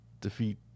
defeat